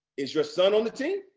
is your son on the team?